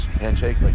handshake